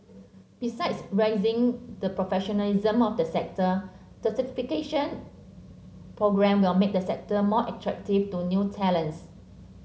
besides raising the professionalism of the sector the certification programme will make the sector more attractive to new talents